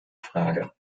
frage